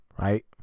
right